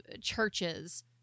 churches